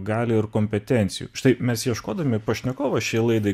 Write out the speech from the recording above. galių ir kompetencijų štai mes ieškodami pašnekovo ši laida